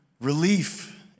relief